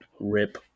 Rip